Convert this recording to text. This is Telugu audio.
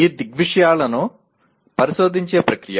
ఈ దృగ్విషయాలను పరిశోధించే ప్రక్రియ